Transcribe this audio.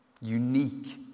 unique